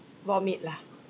vomit lah